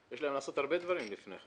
יש להם לעשות הרבה דברים לפני כן,